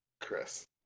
Chris